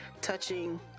touching